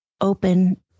open